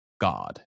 God